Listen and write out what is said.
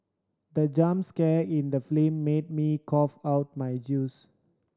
the jump scare in the film made me cough out my juice